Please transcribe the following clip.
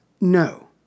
No